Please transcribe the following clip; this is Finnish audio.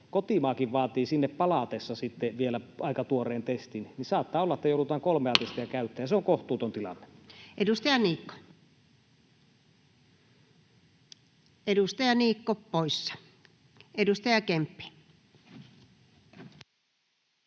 kotimaakin vaatii sinne palatessa sitten vielä aika tuoreen testin. Silloin saattaa olla, että joudutaan kolmea testiä käyttämään, ja se on kohtuuton tilanne. Edustaja Niikko — edustaja Niikko poissa. — Edustaja Kemppi.